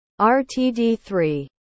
rtd3